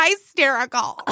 hysterical